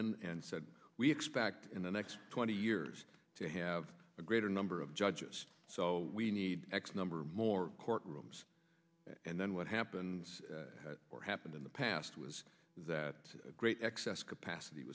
in and said we expect in the next twenty years to have a greater number of judges so we need x number more court rooms and then what happens or happened in the past was that great excess capacity